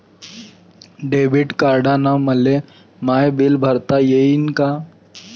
Debit कार्डानं मले my bill भरता येईन का?